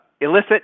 elicit